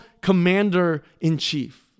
commander-in-chief